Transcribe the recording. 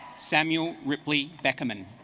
samuel ripley beckerman